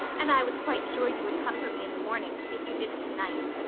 and i was quite sure you would come for me in the morning, if you didn't to-night.